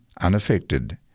unaffected